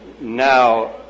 now